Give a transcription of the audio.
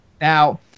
Now